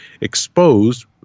exposed